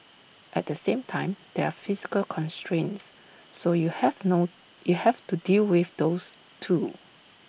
at the same time there are physical constraints so you have no you have to deal with those too